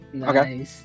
okay